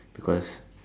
because